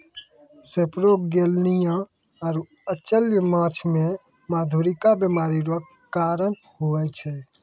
सेपरोगेलनिया आरु अचल्य माछ मे मधुरिका बीमारी रो कारण हुवै छै